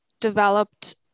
developed